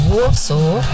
Warsaw